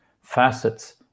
facets